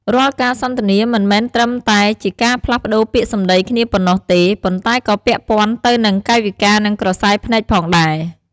រាល់ការសន្ទនាមិនមែនត្រឹមតែជាការផ្លាស់ប្ដូរពាក្យសម្ដីគ្នាប៉ុណ្ណោះទេ ប៉ុន្តែក៏ពាក់ព័ន្ធទៅនឹង កាយវិការនិងក្រសែភ្នែកផងដែរ។